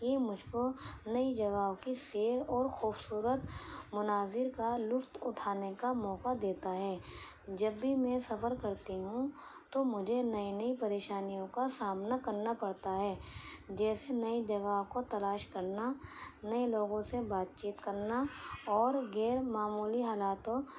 یہ مجھ کو نئی جگہوں کی سیر اور خوبصورت مناظر کا لطف اٹھانے کا موقع دیتا ہے جب بھی میں سفر کرتی ہوں تو مجھے نئی نئی پریشانیوں کا سامنا کرنا پڑتا ہے جیسے نئی جگہوں کو تلاش کرنا نئے لوگوں سے بات چیت کرنا اور غیر معمولی حالاتوں